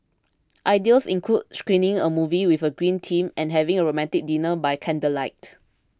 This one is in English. ideas include screening a movie with a green theme and having a romantic dinner by candlelight